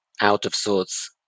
out-of-sorts